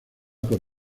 por